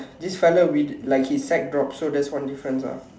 this fella with like his side dropped so that's one difference lah